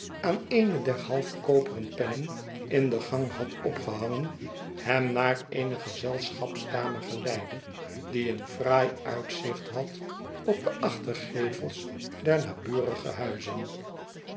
aan eene der twaalf koperen pennen in den gang had opgehangen hem naar eene gezelschapskamer geleidde die een fraai uitzicht had op de achtergevels der naburige huizen